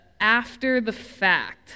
after-the-fact